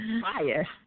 fire